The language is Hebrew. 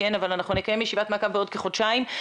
אנחנו נקיים ישיבת מעקב בעוד כחודשיים.